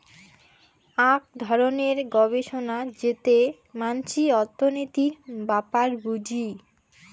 আক ধরণের গবেষণা যেতে মানসি অর্থনীতির ব্যাপার বুঝি